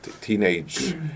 teenage